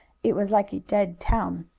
it was like a dead town.